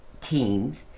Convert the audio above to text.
Teams